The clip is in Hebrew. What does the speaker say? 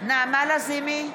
נעמה לזימי,